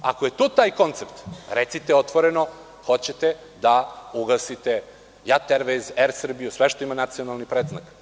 Ako je to taj koncept, recite otvoreno – hoćete da ugasite JAT Ervejz, „Er Srbiju“, sve što ima nacionalni predznak.